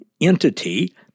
entity